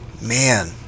Man